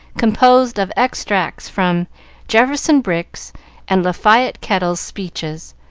composed of extracts from jefferson brick's and lafayette kettle's speeches,